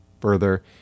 Further